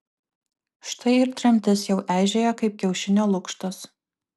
štai ir tremtis jau eižėja kaip kiaušinio lukštas